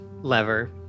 lever